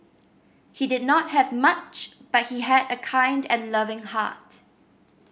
he did not have much but he had a kind and loving heart